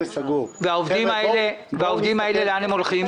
העובדים האלה לאן הם הולכים?